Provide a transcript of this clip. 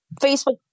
Facebook